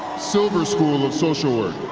silver school of social